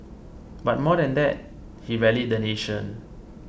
but more than that he rallied the nation